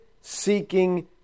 seeking